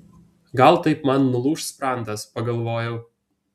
gal taip man nulūš sprandas pagalvojau